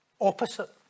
opposite